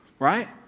Right